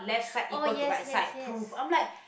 oh yes yes yes